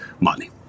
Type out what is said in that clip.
money